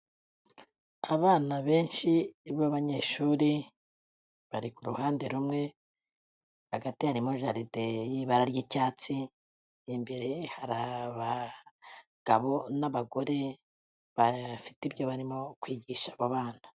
Abana benshi b'abanyeshuri, bari ku ruhande rumwe, hagati harimo jaride y'ibara ry'icyatsi, imbere hari abagabo n'abagore bafite ibyo barimo kwigisha abo abana.